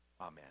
Amen